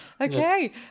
Okay